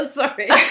sorry